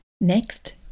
Next